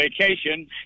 vacation